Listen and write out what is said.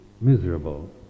miserable